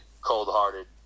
cold-hearted